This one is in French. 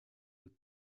aux